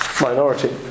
minority